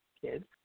kids